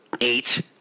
eight